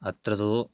अत्र तु